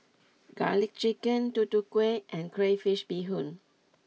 Garlic Chicken Tutu Kueh and Crayfish Beehoon